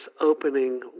opening